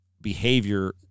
behavior